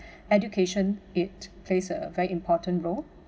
education it plays a very important role